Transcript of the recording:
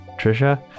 trisha